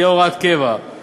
תהא הוראת קבע.